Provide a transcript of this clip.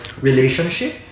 relationship